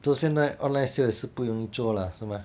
就现在 online sales 也是不容易做啦是吗